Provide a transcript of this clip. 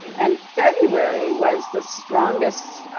and february was the strongest.